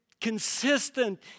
consistent